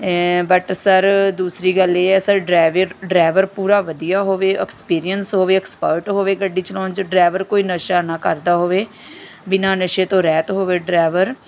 but sir ਦੂਸਰੀ ਗੱਲ ਇਹ ਹੈ ਸਰ ਡਰਾਈਵੀਅਰ ਡਰਾਈਵਰ ਪੂਰਾ ਵਧੀਆ ਹੋਵੇ ਐਕਸਪੀਰੀਅੰਸ ਹੋਵੇ ਐਕਸਪਰਟ ਹੋਵੇ ਗੱਡੀ ਚਲਾਉਣ 'ਚ ਡਰਾਈਵਰ ਕੋਈ ਨਸ਼ਾ ਨਾ ਕਰਦਾ ਹੋਵੇ ਬਿਨਾ ਨਸ਼ੇ ਤੋਂ ਰਹਿਤ ਹੋਵੇ ਡਰਾਈਵਰ